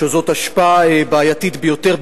שזאת אשפה בעייתית ביותר,